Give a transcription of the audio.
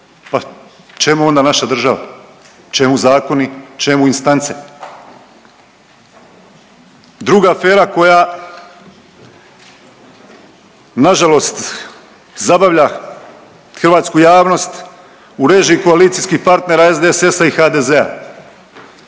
pa čemu onda naša država? Čemu zakoni? Čemu instance? Druga afera koja nažalost zabavlja hrvatsku javnost u režiji koalicijskih partnera SDSS-a i HDZ-a.